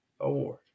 Award